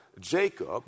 Jacob